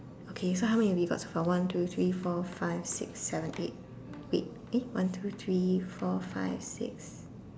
okay so how many have you got so far one two three four five six seven eight wait eh one two three four five six